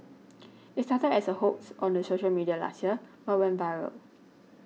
it started as a hoax on the social media last year but went viral